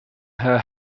her